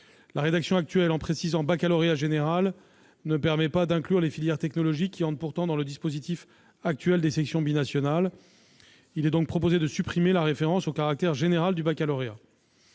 La rédaction actuelle, qui évoque uniquement le baccalauréat général, ne permet pas d'inclure les filières technologiques qui entrent pourtant dans le dispositif actuel des sections binationales. Il est donc proposé de supprimer la référence au caractère général du baccalauréat.